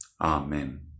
Amen